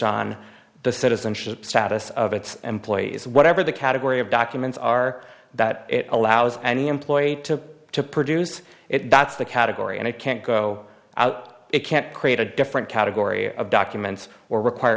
on the citizenship status of its employees whatever the category of documents are that it allows any employee to to produce it that's the category and it can't go out it can't create a different category of documents or require